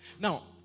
now